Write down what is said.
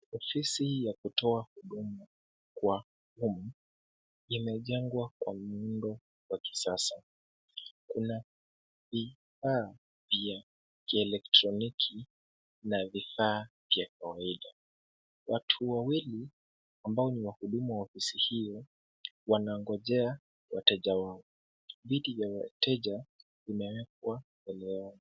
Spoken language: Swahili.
Ofisi ya kutoa huduma kwa umma imejengwa kwa muundo wa kisasa. Kuna vifaa vya kielektroniki na vifaa vya kawaida. Watu wawili ambao ni wahudumu wa ofisi hiyo wanangojea wateja wao. Viti vya wateja vimewekwa mbele yao.